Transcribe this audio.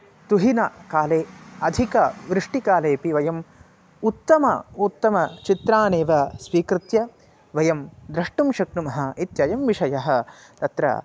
तुहिनकाले अधिकवृष्टिकालेपि वयम् उत्तम उत्तमचित्राण्येव स्वीकृत्य वयं द्रष्टुं शक्नुमः इत्ययं विषयः तत्र